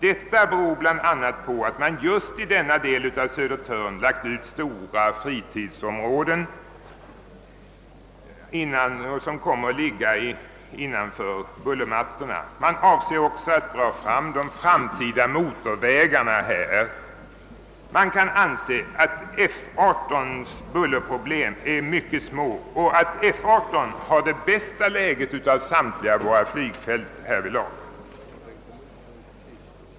Detta beror bl.a. på att man just i denna del av Södertörn lagt ut stora fritidsområden som kommer att ligga innanför bullermattorna. Man avser också att här dra fram de framtida motorvägarna. Man kan anse att F 18:s bullerproblem är mycket små och att F 18 i detta avseende har det bästa läget av samtliga våra flygflottiljer.